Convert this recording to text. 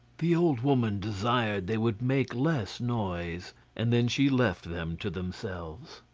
the old woman desired they would make less noise and then she left them to themselves.